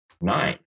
nine